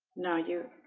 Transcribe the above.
now you